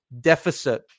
deficit